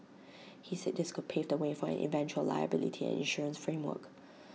he said this could pave the way for an eventual liability and insurance framework